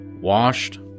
washed